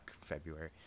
February